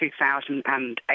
2008